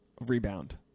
rebound